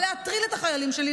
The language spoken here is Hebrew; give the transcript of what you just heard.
בא להטריל את החיילים שלי,